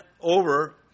over